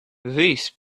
these